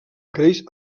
creix